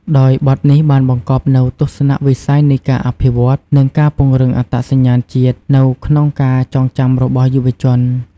ដោយបទនេះបានបង្កប់នូវទស្សនវិស័យនៃការអភិវឌ្ឍ និងការពង្រឹងអត្តសញ្ញាណជាតិនៅក្នុងការចងចាំរបស់យុវជន។